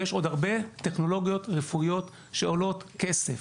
ויש עוד הרבה טכנולוגיות רפואיות שעולות כסף.